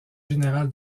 général